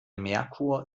merkur